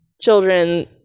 children